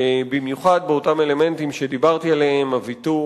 במיוחד באותם אלמנטים שדיברתי עליהם: הוויתור